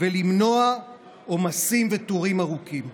ולמנוע עומסים ותורים ארוכים.